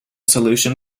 solution